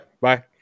Bye